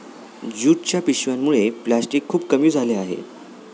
ज्यूटच्या पिशव्यांमुळे प्लॅस्टिक खूप कमी झाले आहे